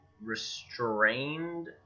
Restrained